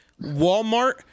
Walmart